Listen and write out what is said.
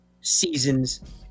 seasons